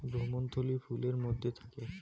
ভ্রূণথলি ফুলের মধ্যে থাকে